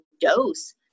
dose